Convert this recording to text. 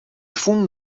fûnen